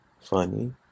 funny